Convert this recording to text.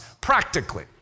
practically